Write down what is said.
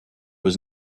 was